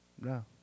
No